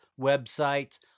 websites